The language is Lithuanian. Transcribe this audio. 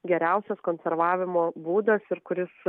geriausias konservavimo būdas ir kuris